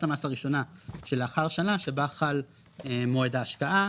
המס הראשונה שלאחר השנה שבה חל מועד ההשקעה.